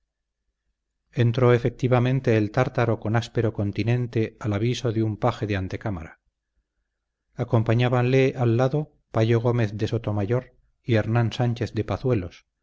entró efectivamente el tártaro con áspero continente al aviso de un paje de antecámara acompañábanle al lado payo gómez de sotomayor y hernán sánchez de pazuelos